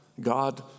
God